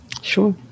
Sure